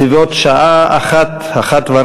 בסביבות שעה 13:00,